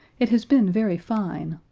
it has been very fine.